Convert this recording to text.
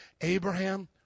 Abraham